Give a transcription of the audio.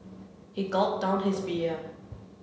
he gulped down his beer